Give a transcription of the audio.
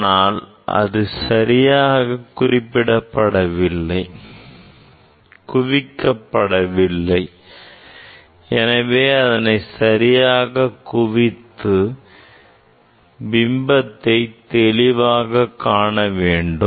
ஆனால் இது சரியாக குவிக்கப்படவில்லை எனவே இதனை சரியாக குவித்து பிம்பத்தை தெளிவாக காண வேண்டும்